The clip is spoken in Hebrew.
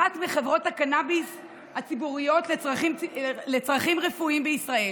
אחת מחברות הקנביס הציבוריות לצרכים רפואיים בישראל,